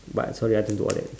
but sorry I have to do all that